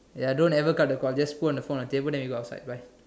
ya don't ever cut the call just put on the phone the table then you go outside bye